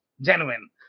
genuine